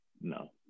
No